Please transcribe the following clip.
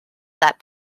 that